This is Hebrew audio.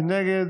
מי נגד